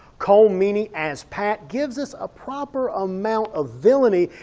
colm meaney as pat gives us a proper amount of villiany,